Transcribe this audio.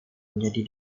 menjadi